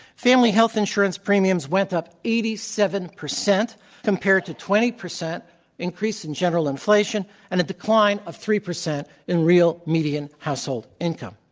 family health insurance premiums went up eighty seven percent compared to twenty percent increase in general inflation and a decline of three percent in real median household income.